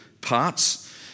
parts